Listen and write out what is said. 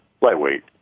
Lightweight